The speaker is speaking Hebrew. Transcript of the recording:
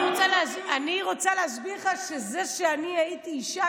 אני רוצה להסביר לך שזה שהייתי אישה,